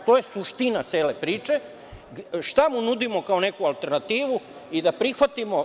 To je suština cele priče, šta mu nudimo kao neku alternativu i da prihvatimo.